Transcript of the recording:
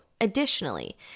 Additionally